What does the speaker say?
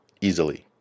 easily